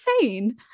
insane